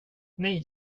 nej